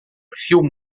fio